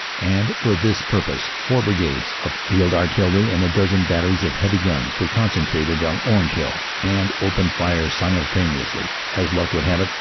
and for this purpose four brigades of field artillery and a dozen batteries of heavy guns were concentrated on orange hill and opened fire simultaneously. as luck would have it,